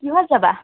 কিহত যাবা